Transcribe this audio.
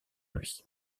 lui